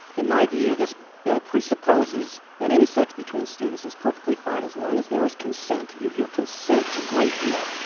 in my view, this bill presupposes that any sex between students is perfectly fine as long as there is consent. you hear consent a great deal.